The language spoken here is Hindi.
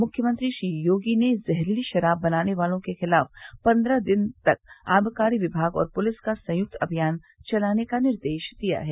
मुख्यमंत्री श्री योगी ने जहरीली शराब बनाने वालों के खिलाफ पंद्रह दिन तक आबकारी विभाग और पुलिस का संयुक्त अभियान चलाने का निर्देश दिया है